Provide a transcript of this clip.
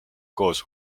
koos